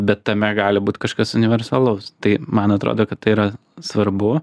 bet tame gali būt kažkas universalaus tai man atrodo kad tai yra svarbu